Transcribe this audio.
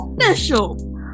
official